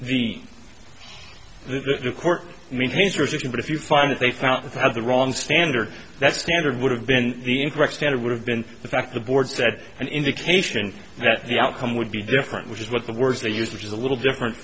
the the court meters you can but if you find it they found the the wrong standard that standard would have been the incorrect standard would have been the fact the board said and indication that the outcome would be different which is what the words they used which is a little different